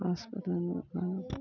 ஹாஸ்பெட்டலுக்கு போனால்